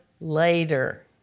later